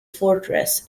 fortress